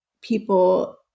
people